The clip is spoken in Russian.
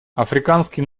африканский